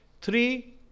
three